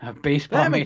baseball